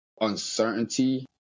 uncertainty